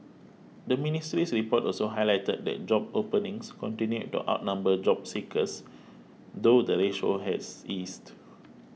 the ministry's report also highlighted that job openings continued to outnumber job seekers though the ratio has eased